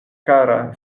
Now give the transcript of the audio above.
kara